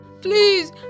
please